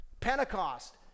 Pentecost